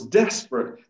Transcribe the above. desperate